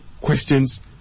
questions